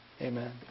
Amen